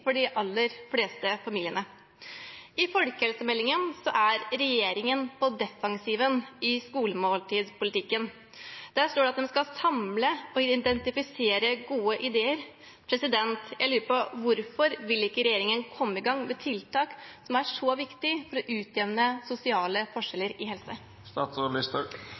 for de aller fleste familiene. I folkehelsemeldingen er regjeringen på defensiven i skolemåltidspolitikken. Der står det at en skal «samle og identifisere gode idear». Jeg lurer på: Hvorfor vil ikke regjeringen komme i gang med et tiltak som er så viktig for å utjevne sosiale forskjeller i helse?